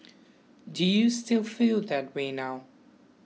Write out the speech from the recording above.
do you still feel that way now